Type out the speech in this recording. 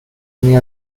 many